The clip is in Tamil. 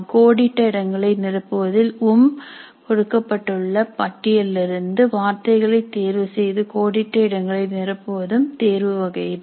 கோடிட்ட இடங்களை நிரப்புவதில் உம் கொடுக்கப்பட்டுள்ள பட்டியலிலிருந்து வார்த்தைகளை தேர்வு செய்து கோடிட்ட இடங்களை நிரப்புவதும் தேர்வு வகைதான்